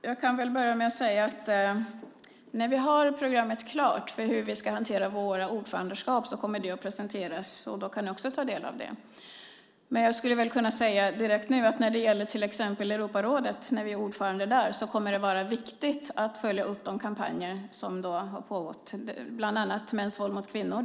Fru talman! Jag kan börja med att säga att när vi har programmet klart för hur vi ska hantera våra ordförandeskap kommer det att presenteras. Då kan ni också ta del av det. Men jag skulle väl kunna säga direkt att när vi är ordförande i till exempel Europarådet kommer det att vara viktigt att följa upp de kampanjer som då har pågått, bland annat mäns våld mot kvinnor.